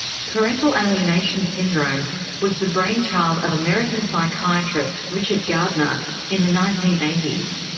parental alienation syndrome was the brainchild of american psychiatrist richard gardner in the nineteen eighty s.